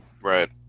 Right